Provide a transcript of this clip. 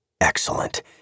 Excellent